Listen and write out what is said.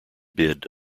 bid